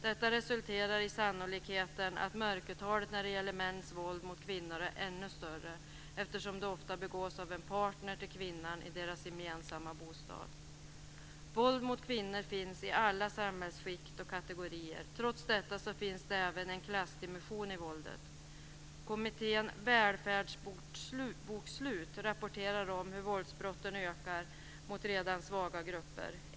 Detta resulterar i sannolikheten att mörkertalet när det gäller mäns våld mot kvinnor är ännu större eftersom det ofta begås av en partner till kvinna i deras gemensamma bostad. Våld mot kvinnor finns i alla samhällsskikt och kategorier. Trots detta finns det även en klassdimension i våldet. Kommittén Välfärdsbokslut rapporterar hur våldsbrotten ökar mot redan svaga grupper.